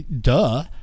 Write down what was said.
duh